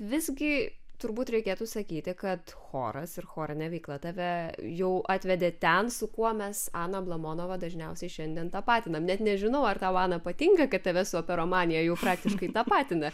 visgi turbūt reikėtų sakyti kad choras ir chorinė veikla tave jau atvedė ten su kuo mes aną ablamonovą dažniausiai šiandien tapatinam net nežinau ar tau ana patinka kad tave su operomanija jau praktiškai tapatina